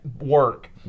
work